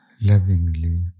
lovingly